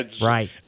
Right